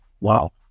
Wow